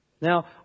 Now